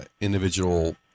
individual